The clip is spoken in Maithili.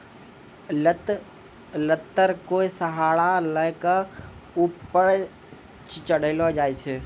लत लत्तर कोय सहारा लै कॅ ऊपर चढ़ैलो जाय छै